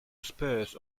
spurs